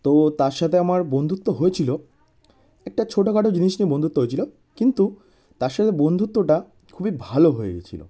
তো তার সাথে আমার বন্ধুত্ব হয়েছিলো একটা ছোটোখাটো জিনিস নিয়ে বন্ধুত্ব হয়েছিলো কিন্তু তার সাথে বন্ধুত্বটা খুবই ভালো হয়েগেছিলো